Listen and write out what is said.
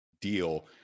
deal